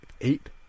eight